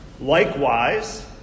Likewise